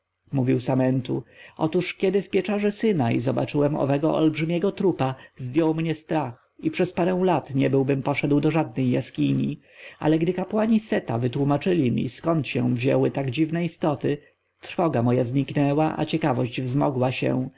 mówił samentu otóż kiedy w pieczarze synai zobaczyłem owego ogromnego trupa zdjął mnie strach i przez parę lat nie byłbym poszedł do żadnej jaskini ale gdy kapłani seta wytłomaczyli mi skąd się wzięły tak dziwne istoty trwoga moja znikła a ciekawość wzmogła się